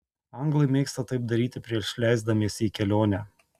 anglai mėgsta taip daryti prieš leisdamiesi į kelionę